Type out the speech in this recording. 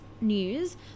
news